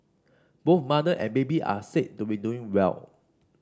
both mother and baby are said to be doing well